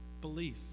belief